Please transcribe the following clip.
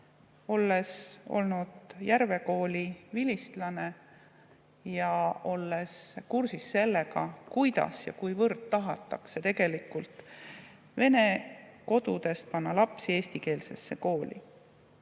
olles olnud Järve kooli vilistlane ja olles kursis sellega, kui palju tahetakse tegelikult vene kodudest panna lapsi eestikeelsesse kooli.